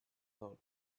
thought